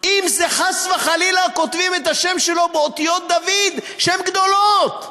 אם חס וחלילה כותבים את השם שלו באותיות "דוד" שהן גדולות.